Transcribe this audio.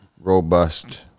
robust